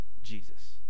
Jesus